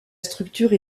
structure